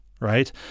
right